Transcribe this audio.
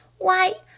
why.